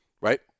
Right